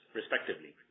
respectively